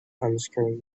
unscrewing